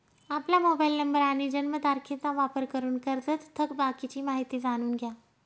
आपला mobile number आणि जन्मतारखेचा वापर करून कर्जत थकबाकीची माहिती जाणून घ्या